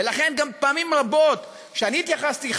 ולכן גם בפעמים רבות שאני התייחסתי,